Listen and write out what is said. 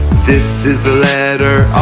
this is the letter